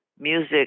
Music